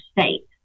state